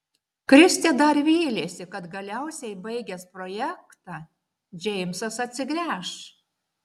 kristė dar vylėsi kad galiausiai baigęs projektą džeimsas atsigręš